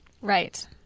Right